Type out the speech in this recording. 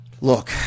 look